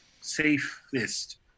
safest